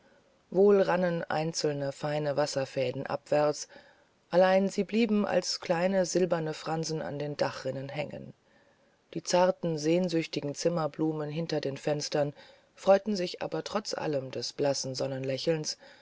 wohl rannen einzelne feine wasserfäden abwärts allein sie blieben als kleine silberne fransen an der dachrinne hängen die zarten sehnsüchtigen zimmerblumen hinter den fenstern freuten sich aber trotz alledem des blassen